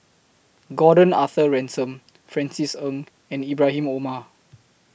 Gordon Arthur Ransome Francis Ng and Ibrahim Omar